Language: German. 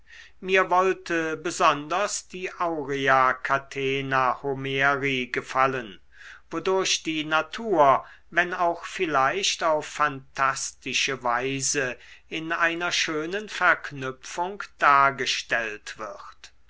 mir wollte besonders die aurea catena homeri gefallen wodurch die natur wenn auch vielleicht auf phantastische weise in einer schönen verknüpfung dargestellt wird